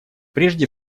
прежде